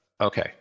okay